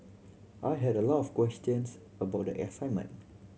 I had a lot of questions about the assignment